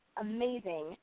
amazing